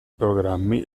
programmi